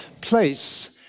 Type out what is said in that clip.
place